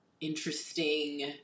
interesting